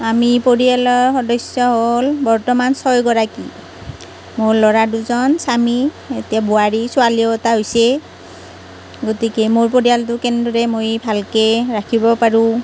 আমি পৰিয়ালৰ সদস্য় হ'ল বৰ্তমান ছয়গৰাকী মোৰ ল'ৰা দুজন স্বামী এতিয়া বোৱাৰীৰ ছোৱালীও এটা হৈছে গতিকে মোৰ পৰিয়ালটো কেনদৰে মই ভালকৈ ৰাখিব পাৰোঁ